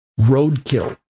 roadkill